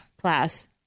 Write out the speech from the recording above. class